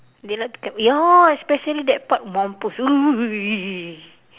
they like to camou~ ya especially that part mampus !ee!